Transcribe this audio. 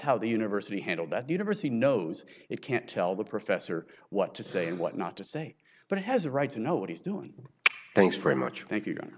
how the university handled that university knows it can't tell the professor what to say and what not to say but it has a right to know what he's doing thanks very much f